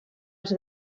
els